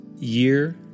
year